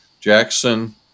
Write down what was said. Jackson